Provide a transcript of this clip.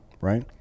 right